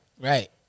Right